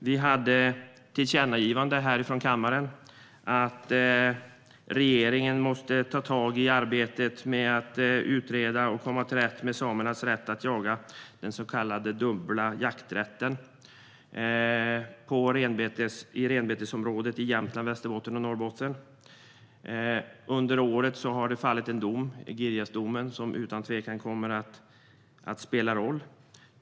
Det fanns ett tillkännagivande från kammaren om att regeringen måste ta tag i arbetet med att utreda samernas rätt att jaga, den så kallade dubbla jakträtten i renbetesområdet i Jämtland, Västerbotten och Norrbotten. Under året har det fallit en dom, Girjasdomen, som utan tvekan kommer att spela roll.